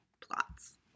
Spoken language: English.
plots